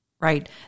right